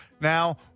now